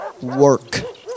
work